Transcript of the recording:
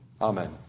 Amen